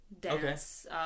dance